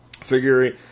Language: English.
Figuring